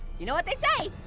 you know what they say,